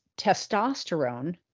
testosterone